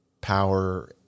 power